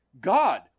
God